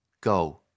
go